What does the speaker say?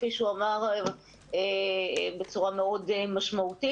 כפי שהוא אמר בצורה מאוד משמעותית,